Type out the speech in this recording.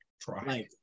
Try